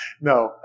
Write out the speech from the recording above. No